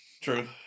True